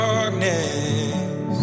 Darkness